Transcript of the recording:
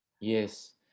Yes